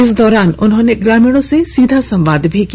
इस दौरान उन्होंने ग्रामीणों से सीधा संवाद किया